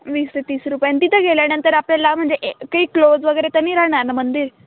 वीस ते तीस रुपयाने तिथं गेल्यानंतर आपल्याला म्हणजे काही क्लोज वगैरे तर नाही राहणार ना मंदिर